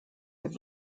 have